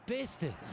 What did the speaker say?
Beste